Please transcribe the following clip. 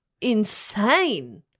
insane